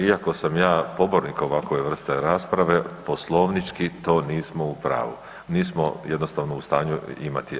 Iako sam ja pobornik ovakve vrste rasprave poslovnički to nismo u pravu, nismo jednostavno u stanju imati.